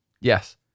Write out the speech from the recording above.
Yes